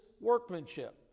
workmanship